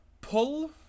pull